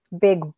big